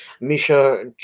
Misha